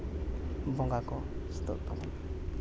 ᱵᱚᱸᱜᱟ ᱠᱚ